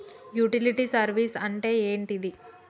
Utility service అంటే ఏంటిది?